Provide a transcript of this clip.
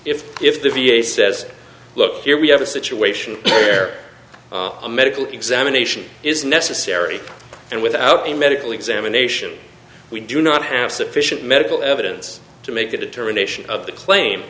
if if the v a says look here we have a situation where a medical examination is necessary and without a medical examination we do not have sufficient medical evidence to make a determination of the claim